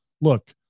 look